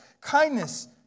kindness